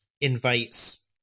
invites